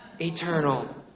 eternal